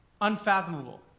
unfathomable